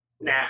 Nah